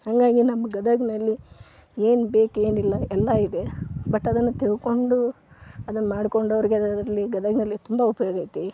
ಹಾಗಾಗಿ ನಮ್ಮ ಗದಗಿನಲ್ಲಿ ಏನು ಬೇಕು ಏನು ಇಲ್ಲ ಎಲ್ಲ ಇದೆ ಬಟ್ ಅದನ್ನು ತಿಳ್ಕೊಂಡು ಅದನ್ನು ಮಾಡಿಕೊಂಡೋರಿಗೆ ಅದರಲ್ಲಿ ಗದಗಿನಲ್ಲಿ ತುಂಬ ಉಪಯೋಗ ಐತಿ